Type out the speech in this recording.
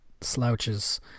slouches